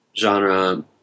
genre